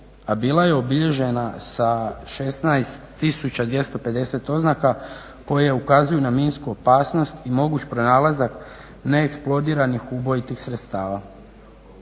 a bila je obilježena sa 16 tisuća 250 oznaka koje ukazuju na minsku opasnost i moguć pronalazak neeksplodiranih ubojitih sredstava.